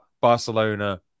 Barcelona